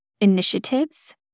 initiatives